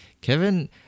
Kevin